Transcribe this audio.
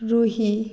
Ruhi